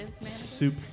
soup